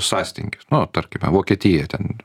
sąstingius nu tarkime vokietija ten